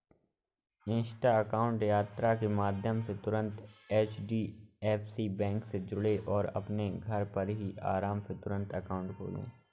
Insta account यात्रा के माध्यम से तुरंत एच.डी.एफ.सी बैंक से जुड़ें और अपने घर पर ही आराम से तुरंत अकाउंट खोले